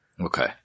Okay